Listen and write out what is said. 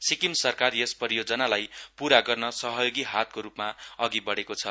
सिक्किम सरकार यस परियोजनालाई पूरा गर्न सहयोगि हातको रूपमा अधि बढ़ेको छ